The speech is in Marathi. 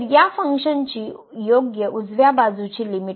तर या फंक्शनची योग्य उजव्या बाजूची लिमिट आहे